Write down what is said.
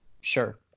sure